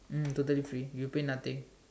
mm totally free you pay nothing